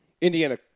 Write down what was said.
Indiana